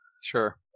Sure